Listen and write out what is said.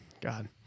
God